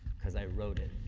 because i wrote it.